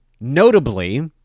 Notably